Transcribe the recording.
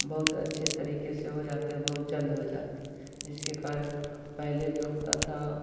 बहुत अच्छे तरीके से हो जाते हैं बहुत जल्द हो जाते हैं जिसके कारण पहले जो होता था